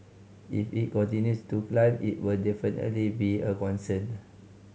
if it continues to climb it will definitely be a concern